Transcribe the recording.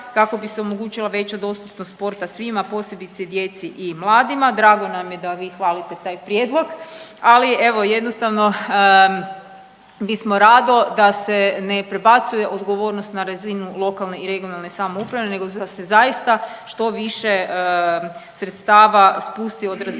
kako bi se omogućila veća dostupnost sporta svima, posebice djeci i mladima. Drago nam je da vi hvalite taj prijedlog, ali evo jednostavno bismo rado da se ne prebacuje odgovornost na razinu lokalne i regionalne samouprave nego da se zaista što više sredstava pusti od razine